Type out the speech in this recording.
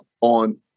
on